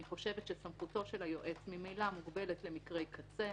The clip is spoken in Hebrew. אני חושבת שסמכותו של היועץ ממילא מוגבלת למקרי קצה,